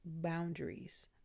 boundaries